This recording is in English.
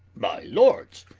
my lords,